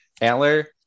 antler